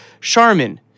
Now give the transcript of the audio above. Charmin